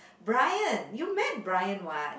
Bryan you met Bryan what